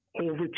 over